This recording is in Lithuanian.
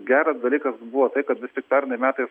geras dalykas buvo tai kad vis tik pernai metais